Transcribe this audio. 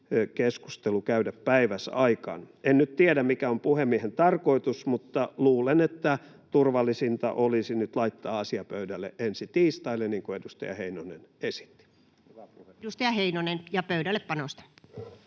voitaisiin käydä päiväsaikaan. En nyt tiedä, mikä on puhemiehen tarkoitus, mutta luulen, että turvallisinta olisi nyt laittaa asia pöydälle ensi tiistaille, niin kuin edustaja Heinonen esitti. Voisitteko laittaa